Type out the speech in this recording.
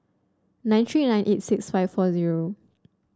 nine three nine eight six five four zero